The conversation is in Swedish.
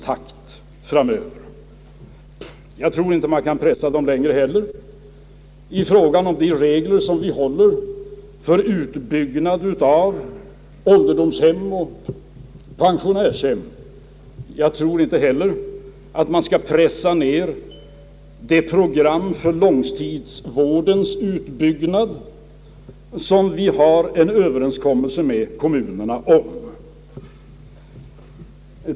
Inte heller tror jag man kan pressa kommunerna längre i fråga om reglerna för utbyggandet av ålderdomshem och pensionärshem, liksom jag inte heller tror att man kan pressa ned det program för långtidsvårdens utbyggnad som vi har en överenskommelse med kommunerna om.